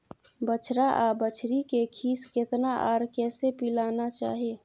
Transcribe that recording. बछरा आर बछरी के खीस केतना आर कैसे पिलाना चाही?